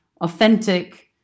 authentic